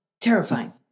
terrifying